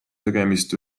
tegemist